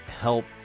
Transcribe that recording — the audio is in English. help